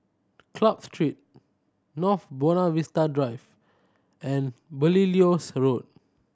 Club Street North Buona Vista Drive and Belilios Road